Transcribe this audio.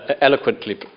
eloquently